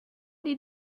did